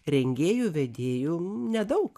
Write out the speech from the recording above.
rengėjų vedėjų nedaug